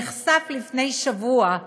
נחשפה לפני שבוע,